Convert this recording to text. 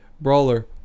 brawler